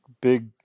big